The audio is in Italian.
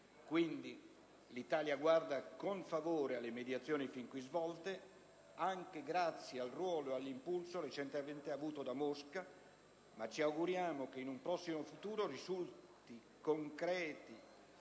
quindi, guarda con favore alle mediazioni fin qui svolte, anche grazie al ruolo e all'impulso recentemente avuto da Mosca, e ci auguriamo che in un prossimo futuro risultati concreti